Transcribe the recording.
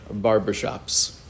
barbershops